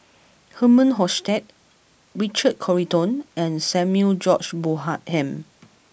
Herman Hochstadt Richard Corridon and Samuel George Bonham